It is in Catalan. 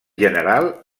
general